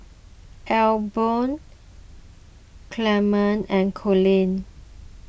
Albion Clement and Collin